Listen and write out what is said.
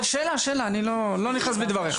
שאלה אני לא נכנס בדבריך,